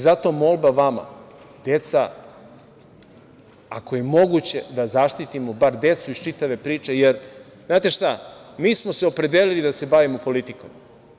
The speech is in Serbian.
Zato molba vama – deca, ako je moguće, da zaštitimo bar decu iz čitave priče, jer, znate šta, mi smo se opredelili da se bavimo politikom.